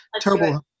terrible